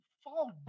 fall